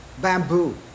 bamboo